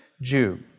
Jew